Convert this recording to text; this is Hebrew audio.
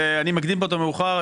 אני מקדים פה את המאוחר.